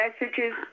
messages